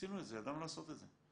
עשינו את זה, ידענו לעשות את זה.